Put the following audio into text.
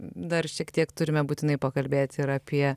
dar šiek tiek turime būtinai pakalbėt ir apie